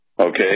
Okay